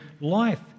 life